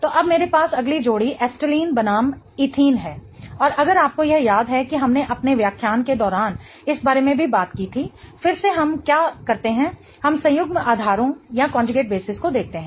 तो अब मेरे पास अगली जोड़ी एसिटिलीन बनाम एथीन है और अगर आपको यह याद है कि हमने अपने व्याख्यान के दौरान इस बारे में भी बात की थी फिर से हम क्या करते हैं हम संयुग्मित आधारों को देखते हैं